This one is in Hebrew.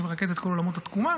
שמרכז את כל עולמות התקומה.